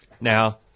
Now